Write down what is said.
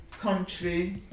country